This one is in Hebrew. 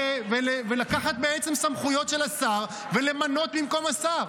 ולקחת בעצם סמכויות של השר ולמנות במקום השר?